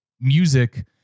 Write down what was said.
music